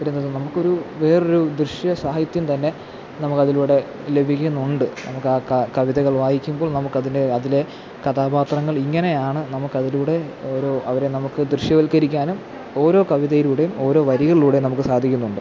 വരുന്നത് നമുക്കൊരു വേറൊരു ദൃശ്യ സാഹിത്യം തന്നെ നമുക്കതിലൂടെ ലഭിക്കുന്നുണ്ട് നമുക്ക് ആ കവിതകൾ വായിക്കുമ്പോൾ നമുക്ക് അതിനെ അതിലെ കഥാപാത്രങ്ങൾ ഇങ്ങനെയാണ് നമുക്ക് അതിലൂടെ ഓരോ അവരെ നമുക്ക് ദൃശ്യവൽക്കരിക്കാനും ഓരോ കവിതയിലൂടെയും ഓരോ വരികളിലൂടെയും നമുക്ക് സാധിക്കുന്നുണ്ട്